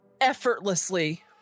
Effortlessly